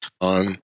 on